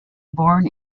born